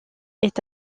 est